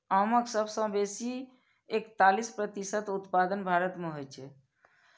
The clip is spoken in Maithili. आमक सबसं बेसी एकतालीस प्रतिशत उत्पादन भारत मे होइ छै